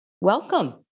Welcome